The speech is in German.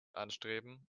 anstreben